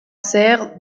serre